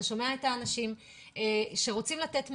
אתה שומע את האנשים שרוצים לתת מענה,